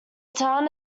town